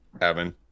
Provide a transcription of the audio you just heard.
Evan